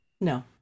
No